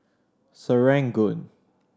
Serangoon